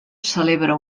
celebra